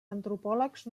antropòlegs